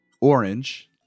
orange